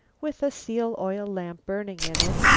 with a seal oil lamp burning in it,